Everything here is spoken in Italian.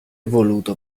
voluto